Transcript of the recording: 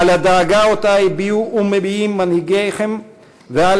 על הדאגה שהביעו ומביעים מנהיגיכם ועל